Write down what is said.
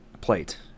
plate